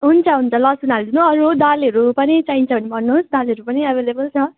हुन्छ हुन्छ लसुन हालिदिनु अरू दालहरू पनि चाहिन्छ भने भन्नुहोस् दालहरू पनि एभाइलेबल छ